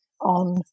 on